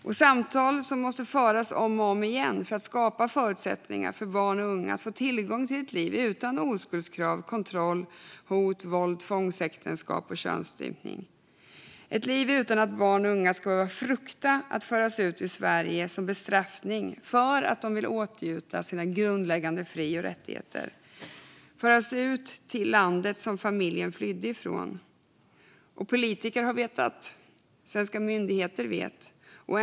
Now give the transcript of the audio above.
Det är samtal som måste föras om och om igen för att skapa förutsättningar för barn och unga att få tillgång till ett liv utan oskuldskrav, kontroll, hot, våld, tvångsäktenskap och könsstympning. Barn och unga ska inte behöva frukta att föras ut ur Sverige som bestraffning för att de vill åtnjuta sina grundläggande fri och rättigheter. De ska inte behöva frukta att föras till landet som familjen flydde från. Politiker har vetat, och svenska myndigheter vet.